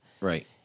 Right